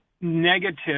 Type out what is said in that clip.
negative